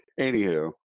anywho